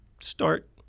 start